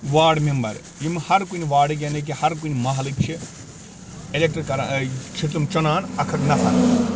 ward member یِم ہر کُنہِ وارڈٕکۍ یعنی کہِ ہر کُنہِ مٔحلٕکۍ چھِ اِلیٚکٹہٕ کران ٲں چھِ تِم چُنان اکھ اکھ نَفر